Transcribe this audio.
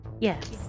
Yes